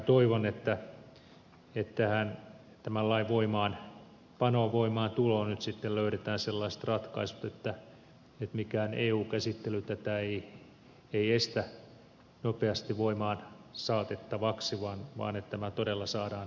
minä toivon että ennen tämän lain voimaantuloa nyt sitten löydetään sellaiset ratkaisut että mikään eu käsittely tätä ei estä nopeasti voimaan saatettavaksi vaan että tämä todella saadaan